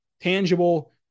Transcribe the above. tangible